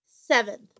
Seventh